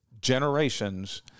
generations